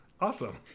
Awesome